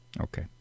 Okay